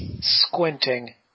squinting